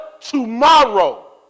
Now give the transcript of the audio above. tomorrow